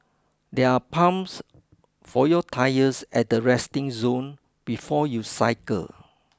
there are pumps for your tyres at the resting zone before you cycle